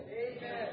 amen